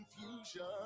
confusion